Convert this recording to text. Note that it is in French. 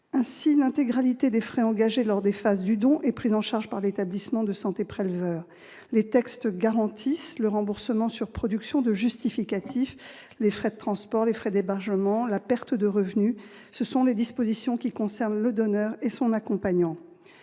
Ainsi, l'intégralité des frais engagés lors des phases du don est prise en charge par l'établissement de santé préleveur. Les textes garantissent le remboursement, sur production de justificatifs, des frais de transport, des frais d'hébergement et de la perte de revenus, dispositions qui concernent le donneur et son accompagnant.